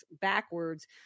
backwards